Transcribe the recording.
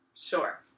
Sure